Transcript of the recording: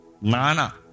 Nana